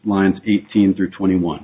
lines eighteen through twenty one